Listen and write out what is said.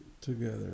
together